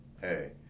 hey